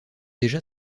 déjà